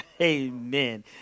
Amen